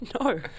No